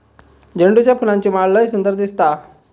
झेंडूच्या फुलांची माळ लय सुंदर दिसता